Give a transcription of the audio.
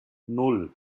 nan